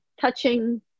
touching